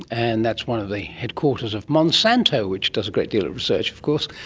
and that's one of the headquarters of monsanto which does a great deal of research of course,